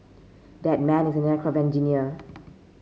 that man is an aircraft engineer